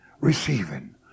receiving